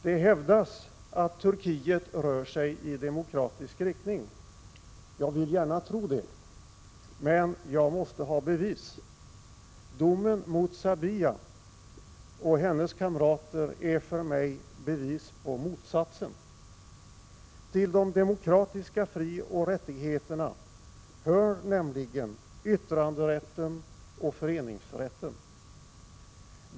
Det hävdas att Turkiet rör sig i demokratisk riktning. Jag vill gärna tro det, men jag måste ha bevis. Domen mot Sabiha och hennes kamrater är för mig bevis på motsatsen. Till de demokratiska frioch rättigheterna hör nämligen yttranderätten och föreningsrätten.